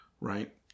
right